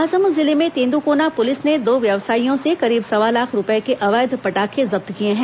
महासमुंद जिले में तेंद्रकोना पुलिस ने दो व्यवसायियों से करीब सवा लाख रूपए के अवैध पटाखे जब्त किए हैं